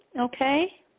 okay